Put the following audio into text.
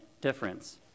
difference